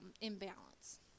imbalance